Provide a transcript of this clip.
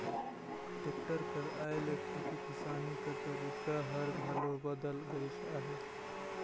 tractor कर आए ले खेती किसानी कर तरीका हर घलो बदेल गइस अहे